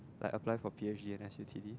like apply for P_H_D and S_U_T_D